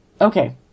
Okay